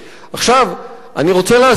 אני רוצה להזכיר לכם,